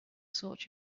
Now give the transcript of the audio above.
sort